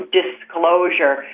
disclosure